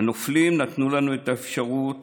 הנופלים נתנו לנו את האפשרות